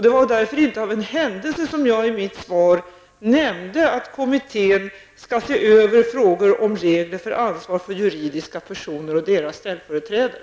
Det var därför inte av en händelse som jag i mitt svar nämnde att kommittén skall se över frågor om regler för ansvar för juridiska personer och deras ställföreträdare.